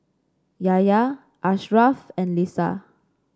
Yahya Ashraff and Lisa